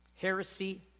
heresy